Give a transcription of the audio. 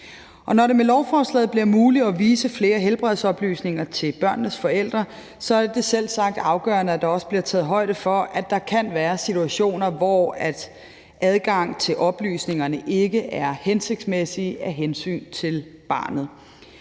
Når det med lovforslaget bliver muligt at vise flere helbredsoplysninger til børnenes forældre, er det selvsagt afgørende, at der også bliver taget højde for, at der kan være situationer, hvor adgang til oplysningerne ikke er hensigtsmæssig af hensyn til barnet.